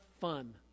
fun